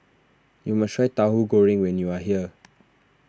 you must try Tahu Goreng when you are here